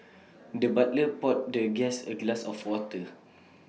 the butler poured the guest A glass of water